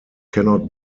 cannot